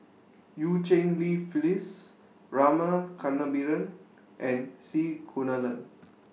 EU Cheng Li Phyllis Rama Kannabiran and C Kunalan